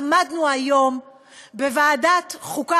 עמדנו היום בוועדת החוקה,